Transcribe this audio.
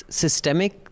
systemic